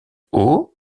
eau